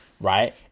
right